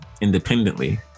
independently